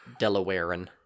Delawarean